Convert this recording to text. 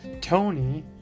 Tony